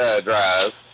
drive